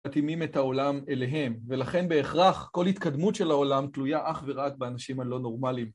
מתאימים את העולם אליהם, ולכן בהכרח כל התקדמות של העולם תלויה אך ורק באנשים הלא נורמליים.